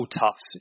tough